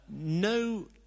no